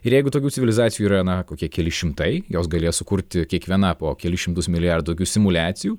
ir jeigu tokių civilizacijų yra na kokie keli šimtai jos galės sukurti kiekviena po kelis šimtus milijardų tokių simuliacijų